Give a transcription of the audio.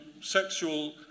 sexual